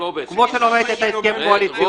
את זה כמו שלא ראית את ההסכם הקואליציוני.